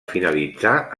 finalitzà